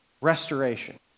restoration